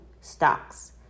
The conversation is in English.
stocks